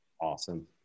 Awesome